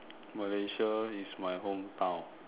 Malaysia is my hometown